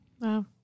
Wow